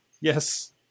Yes